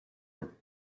were